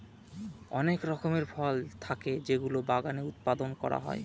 অনেক রকমের ফল থাকে যেগুলো বাগানে উৎপাদন করা হয়